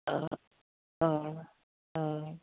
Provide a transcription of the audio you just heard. অঁ অঁ অঁ